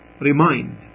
remind